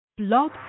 Blog